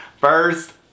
first